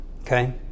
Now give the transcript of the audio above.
okay